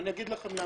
ואני אגיד לכם למה.